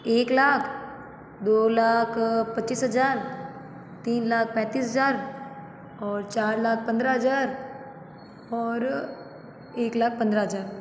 एक लाख दो लाख पच्चीस हजार तीन लाख पैंतीस हजार और चार लाख पन्द्रह हजार और एक लाख पन्द्रह हजार